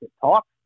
talk